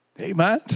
Amen